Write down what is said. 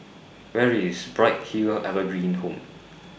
Where IS Bright Hill Evergreen Home